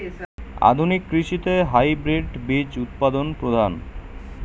আধুনিক কৃষিতে হাইব্রিড বীজ উৎপাদন প্রধান